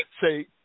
say